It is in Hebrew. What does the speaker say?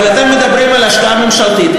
אבל אתם מדברים על השקעה ממשלתית,